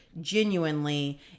genuinely